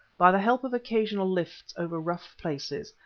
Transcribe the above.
by the help of occasional lifts over rough places,